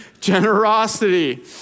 generosity